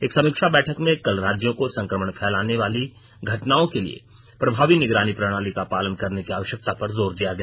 एक समीक्षा बैठक में कल राज्यों को संक्रमण फैलाने वाली घटनाओं के लिए प्रभावी निगरानी प्रणाली का पालन करने की आवश्यकता पर जोर दिया गया